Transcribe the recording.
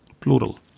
plural